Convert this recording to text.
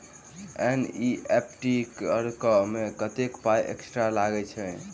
NEFT करऽ मे कत्तेक पाई एक्स्ट्रा लागई छई?